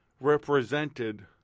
represented